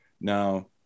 now